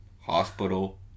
hospital